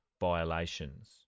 violations